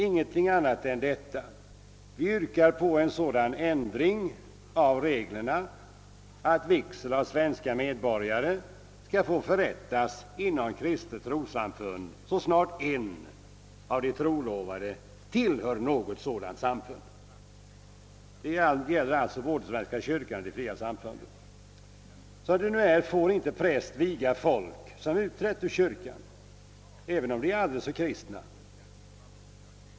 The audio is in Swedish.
Ingenting annat än att vi yrkar på en sådan ändring av reglerna att vigsel av svenska medborgare skall få förrättas inom kristet trossamfund så snart en av de trolovade tillhör något sådant samfund. Vi avser såväl svenska kyrkan som de fria samfunden. Enligt nuvarande regler får inte en präst viga människor som utträtt ur kyrkan, även om de är aldrig så kristna.